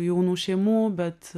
jaunų šeimų bet